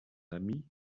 ami